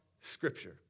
Scripture